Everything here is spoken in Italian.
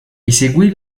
eseguì